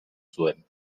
zuen